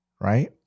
Right